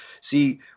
see